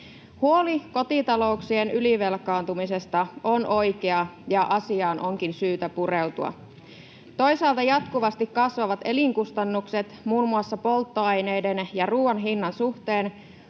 Huoli kotitalouksien ylivelkaantumisesta on oikea, ja asiaan onkin syytä pureutua. Toisaalta jatkuvasti kasvavat elinkustannukset muun muassa polttoaineiden ja ruoan hinnan suhteen